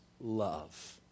love